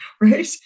right